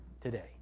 today